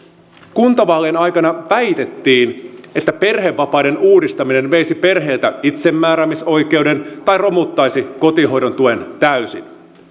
kuntavaalien aikana väitettiin että perhevapaiden uudistaminen veisi perheiltä itsemääräämisoikeuden tai romuttaisi kotihoidon tuen täysin